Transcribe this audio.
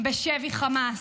בשבי חמאס.